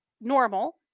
normal